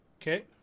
Okay